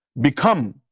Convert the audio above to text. become